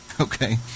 Okay